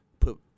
put